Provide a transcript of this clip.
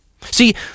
See